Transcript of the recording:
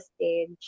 stage